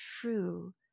true